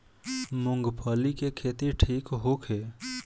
मूँगफली के खेती ठीक होखे?